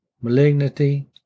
malignity